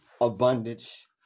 abundance